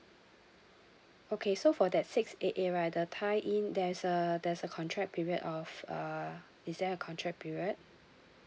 okay so for that six eight eight right the tie in there's a there's a contract period of uh is there a contract period